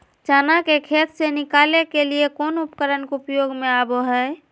चना के खेत से निकाले के लिए कौन उपकरण के प्रयोग में आबो है?